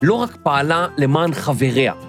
לא רק פעלה למען חבריה.